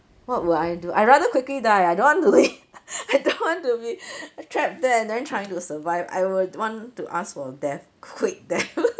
what would I do I rather quickly die I don't want to live I don't want to be trapped there and then trying to survive I would want to ask for death quick death